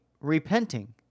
repenting